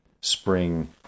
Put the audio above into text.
spring